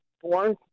one